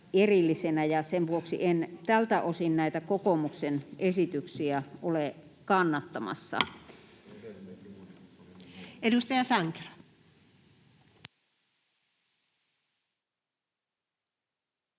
sen vuoksi en tältä osin näitä kokoomuksen esityksiä ole kannattamassa. [Speech